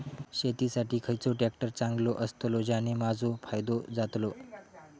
शेती साठी खयचो ट्रॅक्टर चांगलो अस्तलो ज्याने माजो फायदो जातलो?